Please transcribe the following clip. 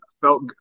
felt